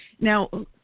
Now